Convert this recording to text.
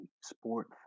sport